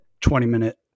20-minute